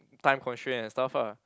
time constraint and stuff ah